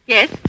Yes